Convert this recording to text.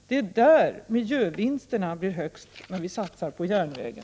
Det är där miljövinsterna blir högst när vi satsar på järnvägen.